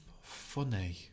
Funny